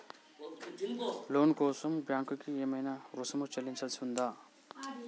లోను కోసం బ్యాంక్ కి ఏమైనా రుసుము చెల్లించాల్సి ఉందా?